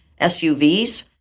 SUVs